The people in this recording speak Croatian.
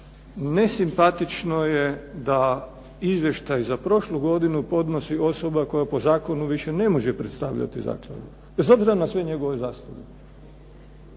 nesimpatično je da izvještaj za prošlu godinu podnosi osoba koja po zakonu više ne može predstavljati zakladu, bez obzira na sve njegove zasluge.